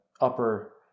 upper